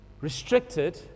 restricted